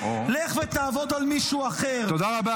לך ותעבוד על מישהו אחר -- תודה רבה.